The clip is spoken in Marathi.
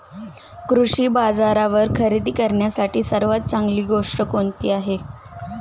कृषी बाजारावर खरेदी करण्यासाठी सर्वात चांगली गोष्ट कोणती आहे?